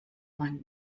man